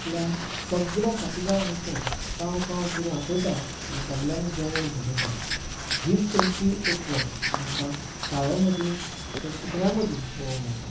आपल्या सगळ्या साथीदारांक आफोन काव काव करुन आफयता आनी सगल्यांक जेवण भेटयता हिंच तांची एकवट आमकां कावळ्यां मदीं ह्या सुकण्या मदीं पळोवंक मेळटां